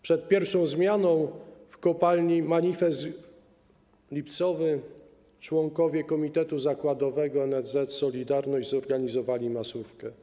Przed pierwszą zmianą w kopalni Manifest Lipcowy członkowie Komitetu Zakładowego NSZZ „Solidarność” zorganizowali masówkę.